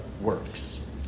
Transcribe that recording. works